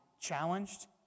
challenged